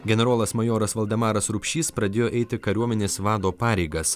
generolas majoras valdemaras rupšys pradėjo eiti kariuomenės vado pareigas